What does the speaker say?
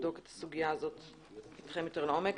את הסוגיה הזאת איתכם יותר לעומק.